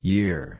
Year